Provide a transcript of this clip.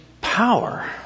power